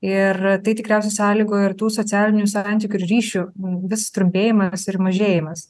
ir tai tikriausiai sąlygojo ir tų socialinių santykių ir ryšių vis trumpėjimas ir mažėjimas